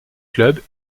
clubs